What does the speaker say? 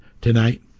tonight